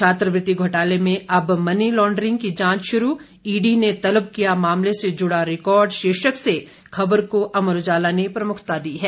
छात्रवृति घोटाले में अब मनी लांड्रिंग की जांच शुरू ईडी ने तलब किया मामले से जुड़ा रिकॉर्ड शीर्षक से खबर को अमर उजाला ने प्रमुखता दी है